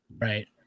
Right